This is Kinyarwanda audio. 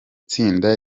tsinda